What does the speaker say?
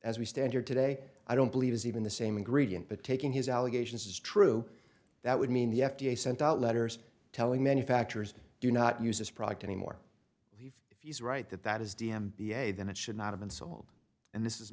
as we stand here today i don't believe is even the same ingredient but taking his allegations is true that would mean the f d a sent out letters telling manufacturers do not use this product anymore if you write that that is d m b a then it should not have been sold and this is